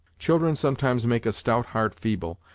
children sometimes make a stout heart feeble,